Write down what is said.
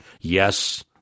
Yes